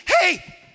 hey